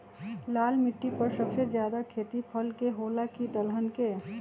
लाल मिट्टी पर सबसे ज्यादा खेती फल के होला की दलहन के?